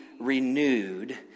renewed